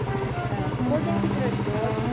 according to the report,